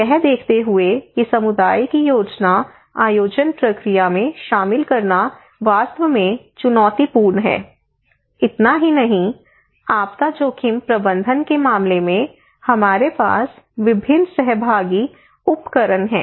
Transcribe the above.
यह देखते हुए कि समुदाय की योजना आयोजन प्रक्रिया में शामिल करना वास्तव में चुनौतीपूर्ण है इतना ही नहीं आपदा जोखिम प्रबंधन के मामले में हमारे पास विभिन्न सहभागी उपकरण हैं